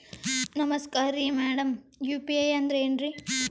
ನಮಸ್ಕಾರ್ರಿ madam UPI ಅಂದ್ರೆನ್ರಿ?